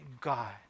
God